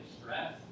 stress